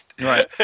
right